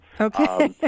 Okay